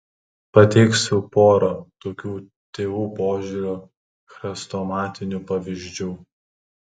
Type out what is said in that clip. pateiksiu porą tokių tėvų požiūrio chrestomatinių pavyzdžių